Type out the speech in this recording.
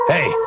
Hey